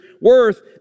worth